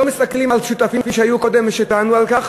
לא מסתכלים על שותפים שהיו קודם ושטענו על כך.